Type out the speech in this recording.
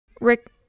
Rick